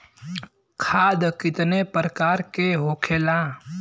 खाद कितने प्रकार के होखेला?